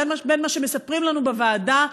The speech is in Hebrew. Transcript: בין מה שמספרים לנו בוועדה,